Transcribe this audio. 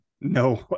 No